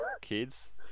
kids